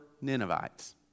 Ninevites